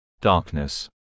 Darkness